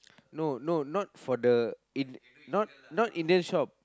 no no not for the In~ not not Indian shop